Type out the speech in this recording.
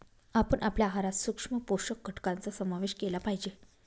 आपण आपल्या आहारात सूक्ष्म पोषक घटकांचा समावेश केला पाहिजे